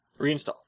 Reinstall